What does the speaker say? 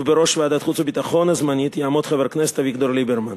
ובראש ועדת החוץ והביטחון הזמנית יעמוד חבר הכנסת אביגדור ליברמן.